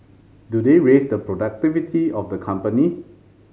do they raise the productivity of the company